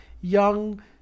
young